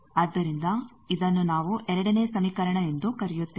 ಆದ್ದರಿಂದ ಇದನ್ನು ನಾವು ಎರಡನೇ ಸಮೀಕರಣ ಎಂದು ಕರೆಯುತ್ತೇವೆ